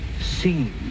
seen